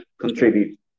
contribute